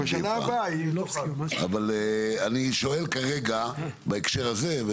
אבל אני שואל כרגע בהקשר הזה.